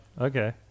Okay